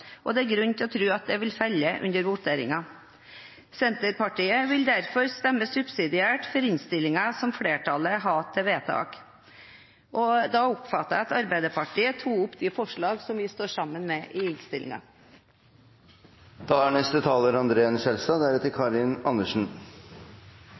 og det er grunn til å tro at det vil falle under voteringen. Senterpartiet vil derfor stemme subsidiært for innstillingen som flertallet har til vedtak. Jeg oppfatter at Arbeiderpartiet tok opp de forslagene vi står sammen om i